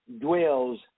dwells